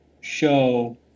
show